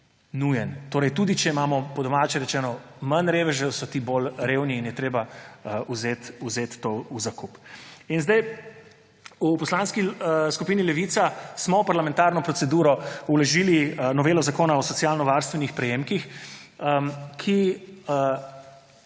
Torej tudi če imamo, po domače rečeno, manj revežev, so ti bolj revni in je treba vzeti to v zakup. V Poslanski skupini Levica smo v parlamentarno proceduro vložili novelo Zakona o socialno varstvenih prejemkih, ki